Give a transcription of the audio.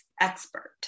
expert